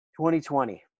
2020